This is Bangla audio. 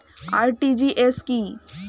আর.টি.জি.এস কি?